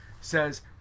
says